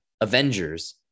Avengers